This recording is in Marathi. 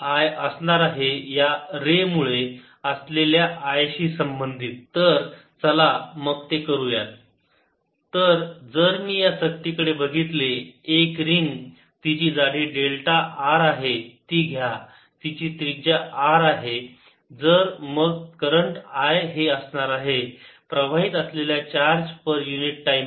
Bz 0I2 r2r2z232 तर जर मी या चकतीकडे बघितले एक रिंग तिची जाडी डेल्टा r आहे ती घ्या तिची त्रिज्या r आहे तर मग करंट I हे असणार आहे प्रवाहित असलेला चार्ज प्रति युनिट टाईम